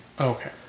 Okay